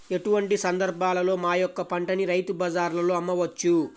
ఎటువంటి సందర్బాలలో మా యొక్క పంటని రైతు బజార్లలో అమ్మవచ్చు?